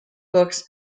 books